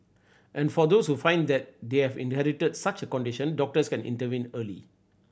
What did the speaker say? and for those who find that they have inherited such a condition doctors can intervene early